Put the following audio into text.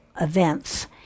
events